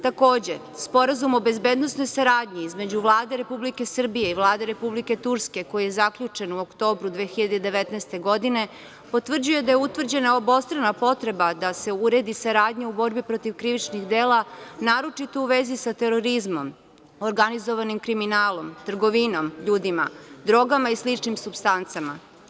Takođe, sporazum o bezbednosnoj saradnji između Vlade Republike Srbije i Vlade Republike Turske koji je zaključen u oktobru 2019. godine, potvrđuje da je utvrđena obostrana potreba da se uredi saradnja u borbi protiv krivičnih dela, naročito u vezi sa terorizmom, organizovanim kriminalom, trgovinom ljudima, drogama i sličnim supstancama.